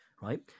right